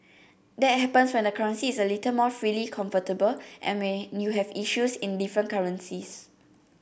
that happens when the currency is a little more freely convertible and when you have issues in different currencies